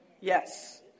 Yes